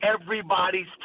everybody's